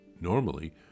normally